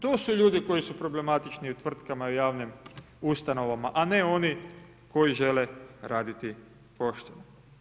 To su ljudi koji su problematični u tvrtkama i javnim ustanovama, a ne oni koji žele raditi pošteno.